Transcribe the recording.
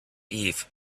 eve